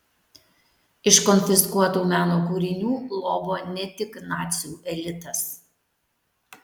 iš konfiskuotų meno kūrinių lobo ne tik nacių elitas